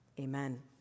Amen